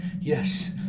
yes